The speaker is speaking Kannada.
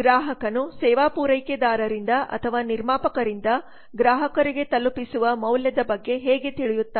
ಗ್ರಾಹಕನು ಸೇವಾ ಪೂರೈಕೆದಾರರಿಂದ ಅಥವಾ ನಿರ್ಮಾಪಕರಿಂದ ಗ್ರಾಹಕರಿಗೆ ತಲುಪಿಸುವ ಮೌಲ್ಯದ ಬಗ್ಗೆ ಹೇಗೆ ತಿಳಿಯುತ್ತಾನೆ